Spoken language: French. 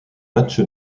match